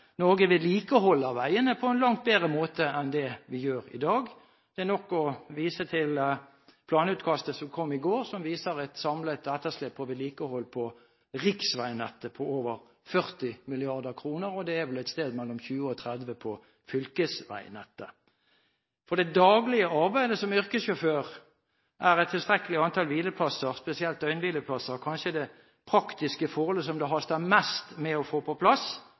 Norge vedlikeholder veiene på en langt bedre måte enn det vi gjør i dag. Det er nok å vise til planutkastet som kom i går, som viser et samlet etterslep på vedlikehold på riksveinettet på over 40 mrd. kr, og det er vel et sted mellom 20 og 30 mrd. kr på fylkesveinettet. For det daglige arbeidet som yrkessjåfør er et tilstrekkelig antall hvileplasser, kanskje spesielt døgnhvileplasser, det praktiske forholdet som det haster mest med å få på plass